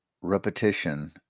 repetition